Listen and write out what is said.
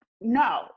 No